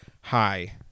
Hi